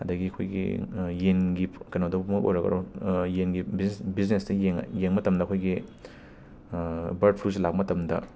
ꯑꯗꯒꯤ ꯑꯩꯈꯣꯏꯒꯤ ꯌꯦꯟꯒꯤ ꯀꯩꯅꯣꯗꯕꯨ ꯑꯣꯏꯔꯣ ꯑꯣꯏꯔꯣ ꯌꯦꯟꯒꯤ ꯕꯤꯖꯅꯦꯁ ꯕꯤꯖꯅꯦꯁꯇ ꯌꯦꯡ ꯌꯦꯡꯕ ꯃꯇꯝꯗ ꯑꯩꯈꯣꯏꯒꯤ ꯕꯔꯗ ꯐ꯭ꯂꯨꯁꯤ ꯂꯥꯛꯄ ꯃꯇꯝꯗ